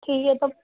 ठीक है तो